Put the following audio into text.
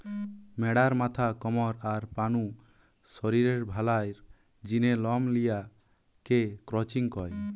ম্যাড়ার মাথা, কমর, আর পা নু শরীরের ভালার জিনে লম লিয়া কে ক্রচিং কয়